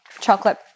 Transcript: chocolate